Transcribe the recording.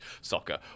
soccer